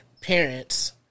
parents